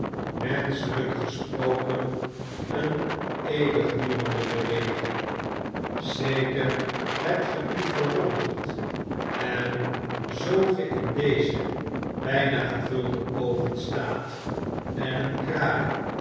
menscheljjk gesproken een eeuwigdurende beweging zeker hebt ge u verwonderd en zoo ge m een dezer bftna gevulde ovens staat en een kraai